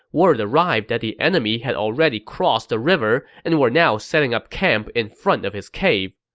word arrived that the enemy had already crossed the river and were now setting up camp in front of his cave.